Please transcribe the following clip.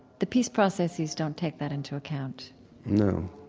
the peace processes don't take that into account no,